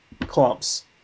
clumps